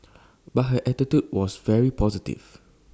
but her attitude was very positive